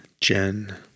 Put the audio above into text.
Jen